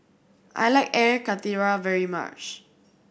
I like Air Karthira very much